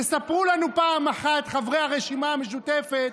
תספרו לנו פעם אחת, חברי הרשימה המשותפת,